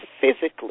physically